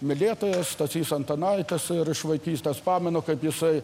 mylėtojasstasys antanaitis ir iš vaikystės pamenu kaip jisai